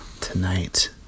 tonight